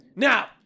Now